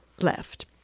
left